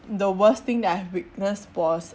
the worst thing that I have witnessed was